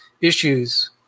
issues